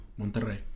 Monterrey